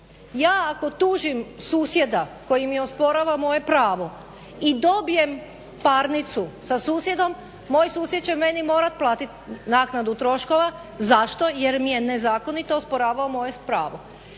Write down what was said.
ja ako tužim susjeda koji mi osporava moje pravo i dobijem parnicu sa susjedom moj susjed će meni morat platit naknadu troškova. Zašto, jer mi je nezakonito osporavao moje pravo.